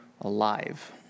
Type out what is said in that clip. alive